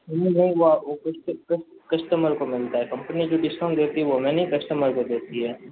नहीं नहीं वो आ वो कस्टमर को मिलता है कम्पनी जो डिस्काउंट देती है वो हमें नहीं कस्टमर को देती है